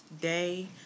day